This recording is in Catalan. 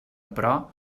però